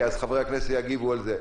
כי אז חברי הכנסת יגיבו על זה.